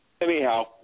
anyhow